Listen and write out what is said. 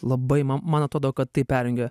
labai ma man atrodo kad tai perjungia